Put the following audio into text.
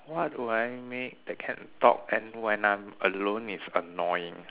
what will I make that can talk and when I'm alone it's annoying